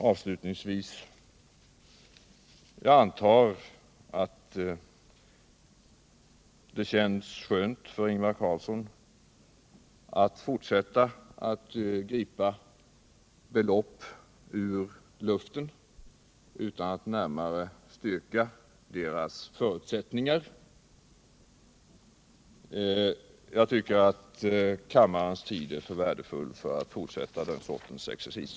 Avslutningsvis: Jag antar att det känns skönt för Ingvar Carlsson att fortsätta gripa belopp ur luften utan att närmare styrka deras förutsättningar. Jag tycker att kammarens tid är för värdefull för att fortsätta den sortens exercis.